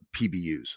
PBUs